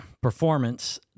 performance